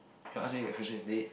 you are answering that question isn't it